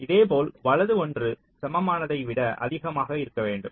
இதேபோல் வலது ஒன்று சமமானதை விட அதிகமாக இருக்க வேண்டும்